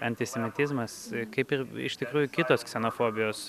antisemitizmas kaip ir iš tikrųjų kitos ksenofobijos